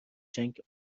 جنگ